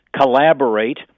collaborate